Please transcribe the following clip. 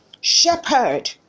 shepherd